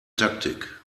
taktik